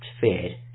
feared